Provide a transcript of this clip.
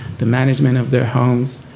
the management of their homes,